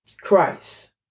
Christ